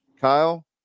Kyle